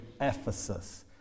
Ephesus